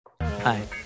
hi